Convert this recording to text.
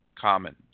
common